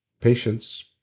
Patience